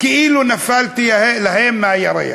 כאילו נפלתי להם מהירח.